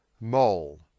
Mole